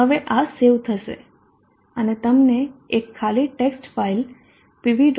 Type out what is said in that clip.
હવે આ સેવ થશે અને તમને એક ખાલી ટેક્સ્ટ ફાઇલ pv